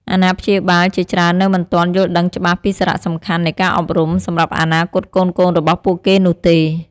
អាណាព្យាបាលជាច្រើននៅមិនទាន់យល់ដឹងច្បាស់ពីសារៈសំខាន់នៃការអប់រំ សម្រាប់អនាគតកូនៗរបស់ពួកគេនោះទេ។